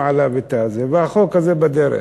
החוק הזה בדרך.